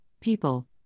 People